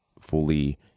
fully